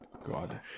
God